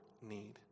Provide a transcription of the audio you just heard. need